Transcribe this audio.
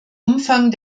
umfang